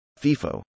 FIFO